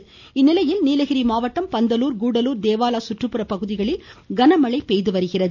நீலகிரி மழை இந்நிலையில் நீலகிரி மாவட்டம் பந்தலூர் கூடலூர் தேவாலா கற்றுப்புற பகுதிகளில் கனமழை பெய்துவருகிறது